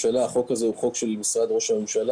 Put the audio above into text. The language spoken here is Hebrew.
החוק הזה הוא חוק של משרד ראש הממשלה,